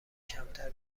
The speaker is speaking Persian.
کمتر